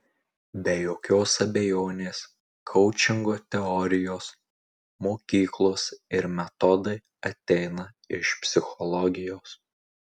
be jokios abejonės koučingo teorijos mokyklos ir metodai ateina iš psichologijos